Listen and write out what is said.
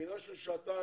בחינה של שעתיים